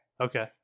Okay